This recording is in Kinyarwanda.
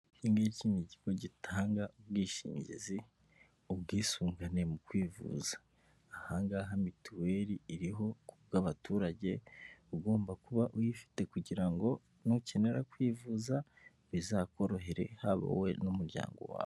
Iki ngiki ni ikigo gitanga ubwishingizi ubwisungane mu kwivuza ahangaha mituweli iriho k'ubw'abaturage ugomba kuba uyifite kugira ngo nukenera kwivuza bizakorohere haba wowe n'umuryango wawe.